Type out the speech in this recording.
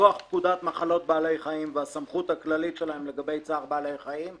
מכוח פקודת מחלות בעלי חיים והסמכות הכללית שלהם לגבי צער בעלי חיים,